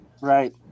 Right